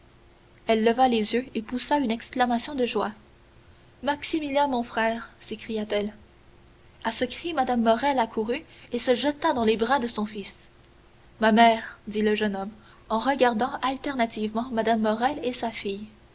elle leva les yeux et poussa une exclamation de joie maximilien mon frère s'écria-t-elle à ce cri mme morrel accourut et se jeta dans les bras de son fils ma mère dit le jeune homme en regardant alternativement mme morrel et sa fille